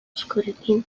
askorekin